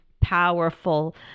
powerful